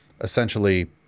essentially